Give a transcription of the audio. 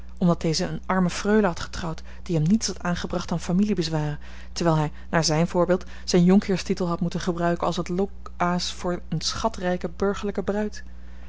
omdat deze eene arme freule had getrouwd die hem niets had aangebracht dan familiebezwaren terwijl hij naar zijn voorbeeld zijn jonkheerstitel had moeten gebruiken als het lokaas voor eene schatrijke burgerlijke bruid